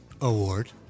award